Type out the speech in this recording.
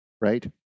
right